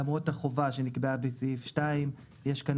למורת החובה שנקבעה בסעיף שתיים יש כאן